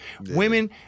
Women